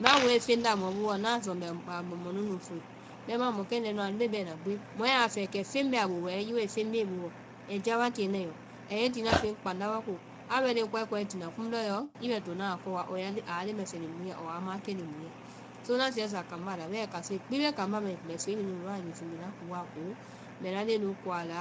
Ŋna woe feŋ nda mɔ booɔ ŋna a sɔ mbɛ mɔ mu fue, bɛmaã mɔkɛndɛ́ nu anu bee bɛna gbi, mɔɛ a fɛɛ kɛ feŋ bɛ a boo wɛɛ i wae feŋ bee i boo, ai já wa tíe i yɔ, a ye i tina feŋ kpánda wa ko, a ready koe koa i tina kimu lɔɔ yɔ i bɛ tona a kɔ wa ɔɔ aa leŋmɛsɛ leŋ mu i la ɔɔ aa maãkɛ leŋ mu i ye. So ŋna sɛɛ sa kambá bɛɛ kase gbi bee kambá mai, mbɛ soei mɛnu lɔɔ wa usu mbɛ ŋna koa koombɛ ŋna leŋɛ nu ko a la,